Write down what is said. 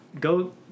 Go